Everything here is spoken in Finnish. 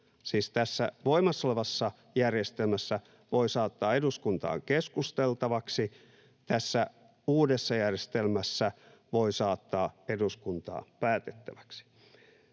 Siis tässä voimassa olevassa järjestelmässä voi saattaa eduskuntaan keskusteltavaksi, ja tässä uudessa järjestelmässä voi saattaa eduskuntaan päätettäväksi.